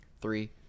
Three